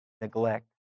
Neglect